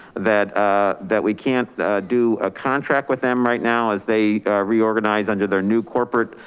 that ah that we can't do a contract with them right now as they reorganize under their new corporate